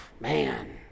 Man